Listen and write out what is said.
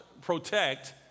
protect